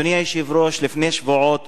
אדוני היושב-ראש, לפני שבועות